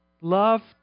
love